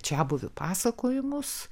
čiabuvių pasakojimus